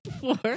four